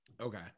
Okay